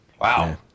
Wow